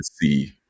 see